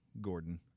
Gordon